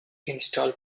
install